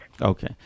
okay